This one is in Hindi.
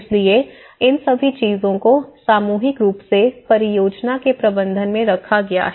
इसलिए इन सभी चीजों को सामूहिक रूप से परियोजना के प्रबंधन में रखा गया है